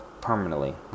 permanently